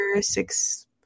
six